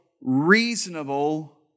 reasonable